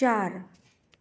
चार